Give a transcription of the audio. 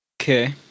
Okay